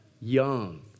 young